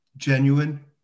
genuine